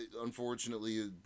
unfortunately